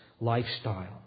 lifestyle